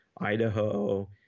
Idaho